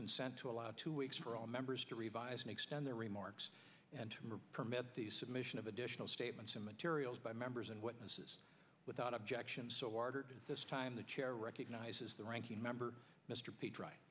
consent to allow two weeks for all members to revise and extend their remarks and to permit the submission of additional statements and materials by members and witnesses without objection so ordered this time the chair recognizes the ranking member mr